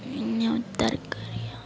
ಇನ್ಯಾವ ತರಕಾರಿಯ